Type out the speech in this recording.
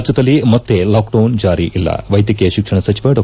ರಾಜ್ಯದಲ್ಲಿ ಮತ್ತೆ ಲಾಕ್ಡೌನ್ ಜಾರಿ ಇಲ್ಲ ವೈದ್ಯಕೀಯ ಶಿಕ್ಷಣ ಸಚಿವ ಡಾ